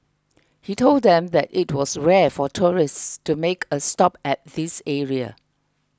he told them that it was rare for tourists to make a stop at this area